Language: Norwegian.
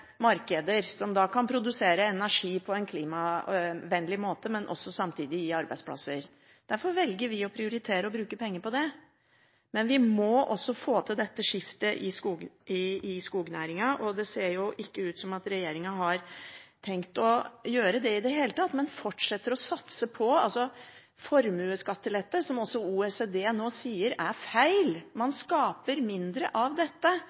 markeder som kan produsere energi på en klimavennlig måte, og også samtidig gi arbeidsplasser. Derfor velger vi å prioritere å bruke penger på det. Men vi må også få til dette skiftet i skognæringen. Det ser ikke ut som at regjeringen har tenkt å gjøre det i det hele tatt, men fortsetter å satse på formuesskattelette, som også OECD nå sier er feil, man skaper mindre av dette.